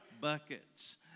Buckets